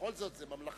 בכל זאת, זאת ממלכה.